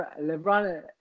LeBron